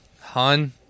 Hun